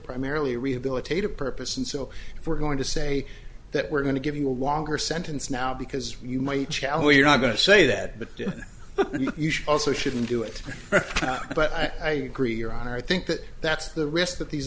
primarily rehabilitative purpose and so if we're going to say that we're going to give you a longer sentence now because you might challenge you're not going to say that but you should also shouldn't do it but i agree your honor i think that that's the risk that these